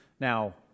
Now